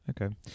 Okay